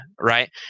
right